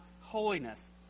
holiness